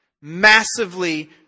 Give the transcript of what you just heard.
massively